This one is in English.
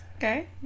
Okay